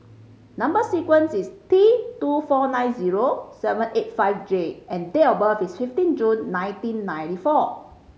number sequence is T two four nine zero seven eight five J and date of birth is fifteen June nineteen ninety four